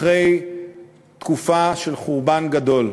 אחרי תקופה של חורבן גדול.